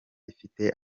ifite